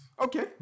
Okay